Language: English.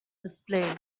display